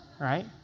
right